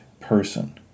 person